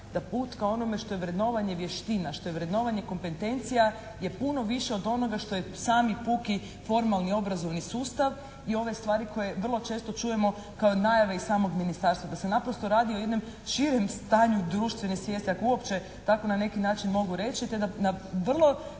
da put ka onome što je vrednovanja vještina, što je vrednovanje kompetencija je puno više od onoga što je sami puki, formalni obrazovni sustav i ove stvari koje vrlo često čujemo kao najave iz samog ministarstva, da se naprosto radi o jednom širem stanju društvene svijesti ako uopće tako na neki način mogu reći te da na vrlo